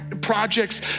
projects